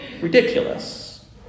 ridiculous